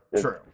true